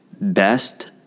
best